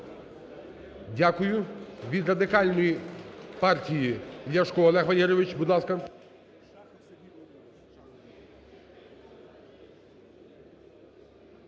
Дякую. Від Радикальної партії Ляшко Олег Валерійович, будь ласка.